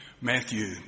Matthew